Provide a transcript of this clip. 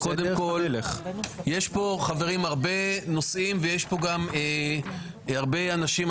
יש פה, חברים, הרבה נושאים, ויש פה גם הרבה אנשים.